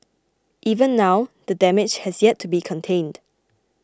even now the damage has yet to be contained